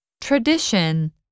TRADITION